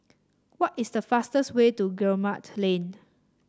what is the fastest way to Guillemard Lane